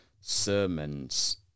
sermons